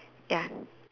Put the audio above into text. ya